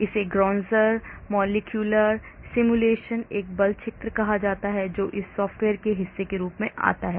इसे ग्रॉन्जर molecular simulation एक बल क्षेत्र कहा जाता है जो इस सॉफ़्टवेयर के हिस्से के रूप में आता है